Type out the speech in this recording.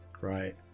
Right